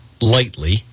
lightly